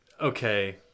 Okay